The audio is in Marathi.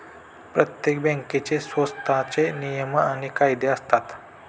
प्रत्येक बँकेचे स्वतःचे नियम आणि कायदे असतात